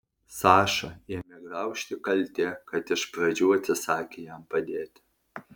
sašą ėmė graužti kaltė kad iš pradžių atsisakė jam padėti